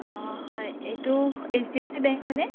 অঁ হয় এইটো H D F C bank হয়নে